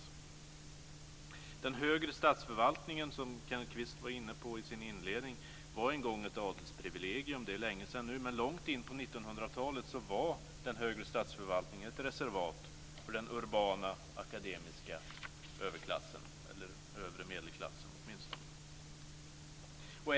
Den högre statsförvaltningen var en gång ett adelsprivilegium, som Kenneth Kvist var inne på i sin inledning. Det är länge sedan nu, men långt in på 1900-talet var den högre statsförvaltningen ett reservat för den urbana akademiska överklassen eller övre medelklassen.